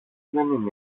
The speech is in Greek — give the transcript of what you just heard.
δεν